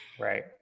right